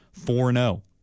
4-0